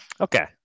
Okay